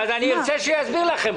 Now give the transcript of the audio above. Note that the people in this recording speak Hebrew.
אז אני רוצה שהוא יסביר לכם.